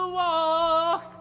walk